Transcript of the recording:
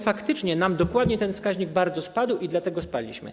Faktycznie dokładnie ten wskaźnik nam bardzo spadł i dlatego spadliśmy.